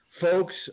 folks